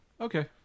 Okay